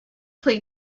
play